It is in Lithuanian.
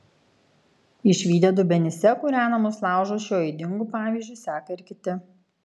išvydę dubenyse kūrenamus laužus šiuo ydingu pavyzdžiu seka ir kiti